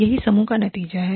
यही समूह का नतीजा है